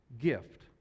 gift